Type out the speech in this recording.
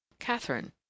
Catherine